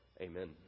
Amen